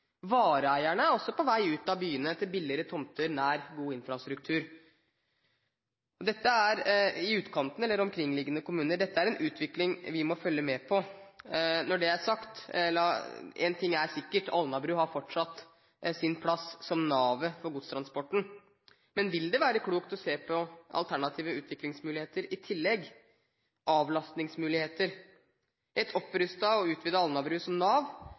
Vareeierne er også på vei ut av byene til billigere tomter nær god infrastruktur i utkanten eller i omkringliggende kommuner. Dette er en utvikling vi må følge med på. Når det er sagt, er én ting sikkert: Alnabru har fortsatt sin plass som navet for godstransporten. Men vil det være klokt å se på alternative utviklingsmuligheter i tillegg? Med et opprustet og utvidet Alnabru som nav